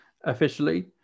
officially